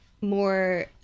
more